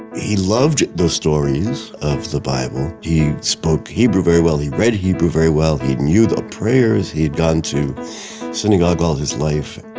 he loved those stories of the bible. he spoke hebrew very well. he read hebrew very well. he knew the prayers. he had gone to synagogue all his life.